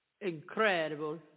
Incredible